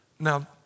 Now